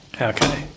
Okay